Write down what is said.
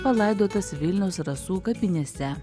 palaidotas vilniaus rasų kapinėse